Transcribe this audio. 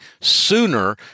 sooner